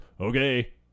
Okay